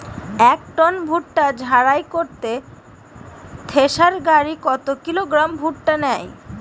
এক টন ভুট্টা ঝাড়াই করতে থেসার গাড়ী কত কিলোগ্রাম ভুট্টা নেয়?